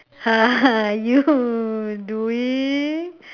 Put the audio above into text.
how are you doing